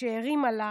שהרים אלה